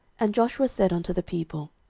and joshua said unto the people,